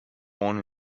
born